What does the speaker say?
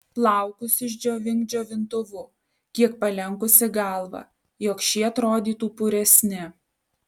plaukus išdžiovink džiovintuvu kiek palenkusi galvą jog šie atrodytų puresni